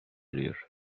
eriyor